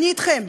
אני אתכם,